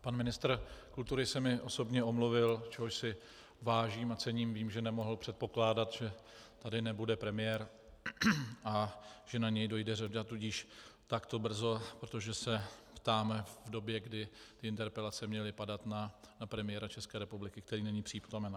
Pan ministr kultury se mi osobně omluvil, čehož si vážím a cením, vím, že nemohl předpokládat, že tady nebude premiér a že na něj dojde řada tudíž takto brzo, protože se ptám v době, kdy interpelace měly padat na premiéra České republiky, který není přítomen.